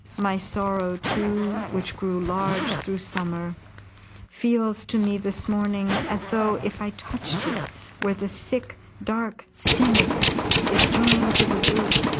my sorrow too, which grew large through summer feels to me this morning as though if i touched it where the thick dark stem of it is joined to the root,